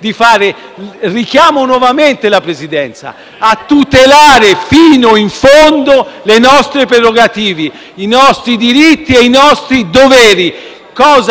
di fare, richiamo nuovamente la Presidenza a tutelare fino in fondo le nostre prerogative, i nostri diritti e i nostri doveri,